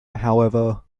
however